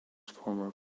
former